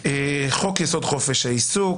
חוק-יסוד: חופש העיסוק,